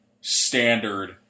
standard